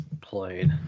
played